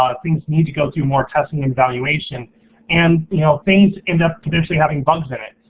um things need to go through more testing and evaluation and things end up conditionally having bugs in it.